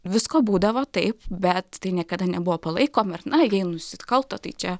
visko būdavo taip bet tai niekada nebuvo palaikoma ir na jei nusikalto tai čia